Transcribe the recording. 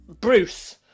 Bruce